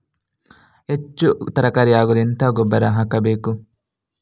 ಹೆಚ್ಚು ತರಕಾರಿ ಆಗಲು ಎಂತ ಗೊಬ್ಬರ ಹಾಕಬೇಕು?